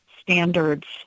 standards